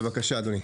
בבקשה, אדוני.